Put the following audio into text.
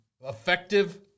effective